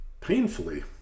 painfully